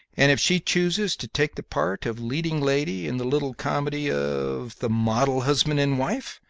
and if she chooses to take the part of leading lady in the little comedy of the model husband and wife,